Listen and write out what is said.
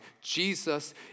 Jesus